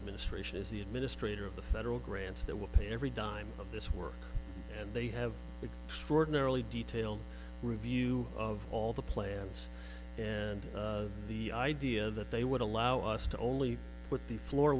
administration is the administrator of the federal grants that will pay every dime of this work and they have extraordinary detailed review of all the plans and the idea that they would allow us to only put the floor